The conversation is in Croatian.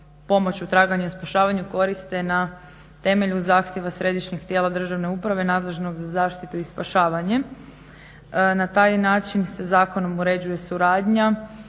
pomoć u traganju i spašavanju koriste na temelju zahtjeva središnjeg tijela državne uprave nadležnog za zaštitu i spašavanje. Na taj način se zakonom uređuje suradnja